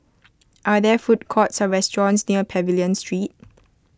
are there food courts or restaurants near Pavilion Street